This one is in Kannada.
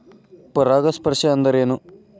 ಪರಾಗಸ್ಪರ್ಶ ಅಂದರೇನು?